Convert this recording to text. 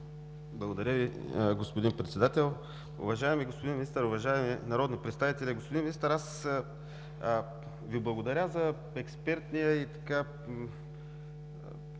Благодаря Ви, господин Председател. Уважаеми господин Министър, уважаеми народни представители! Господин Министър, аз Ви благодаря за експертния и добър